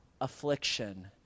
affliction